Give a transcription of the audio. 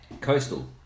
Coastal